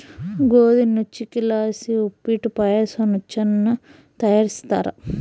ಗೋದಿ ನುಚ್ಚಕ್ಕಿಲಾಸಿ ಉಪ್ಪಿಟ್ಟು ಪಾಯಸ ನುಚ್ಚನ್ನ ತಯಾರಿಸ್ತಾರ